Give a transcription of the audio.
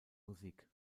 musik